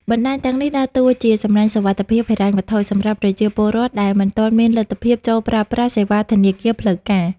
បណ្ដាញទាំងនេះដើរតួជា "សំណាញ់សុវត្ថិភាពហិរញ្ញវត្ថុ" សម្រាប់ប្រជាពលរដ្ឋដែលមិនទាន់មានលទ្ធភាពចូលប្រើប្រាស់សេវាធនាគារផ្លូវការ។